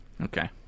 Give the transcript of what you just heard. okay